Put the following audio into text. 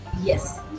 Yes